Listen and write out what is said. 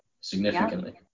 significantly